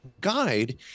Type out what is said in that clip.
guide